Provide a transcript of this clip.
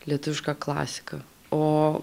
lietuviška klasika o